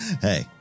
Hey